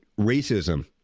racism